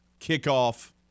Kickoff